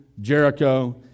Jericho